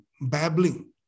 babbling